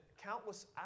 countless